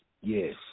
yes